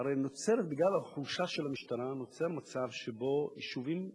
בגלל החולשה של המשטרה נוצר מצב שבו יישובים אחדים,